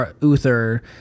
Uther